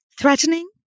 Threatening